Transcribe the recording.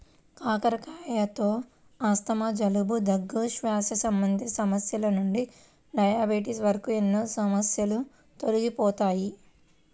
కాకరకాయలతో ఆస్తమా, జలుబు, దగ్గు, శ్వాస సంబంధిత సమస్యల నుండి డయాబెటిస్ వరకు ఎన్నో సమస్యలు తొలగిపోతాయి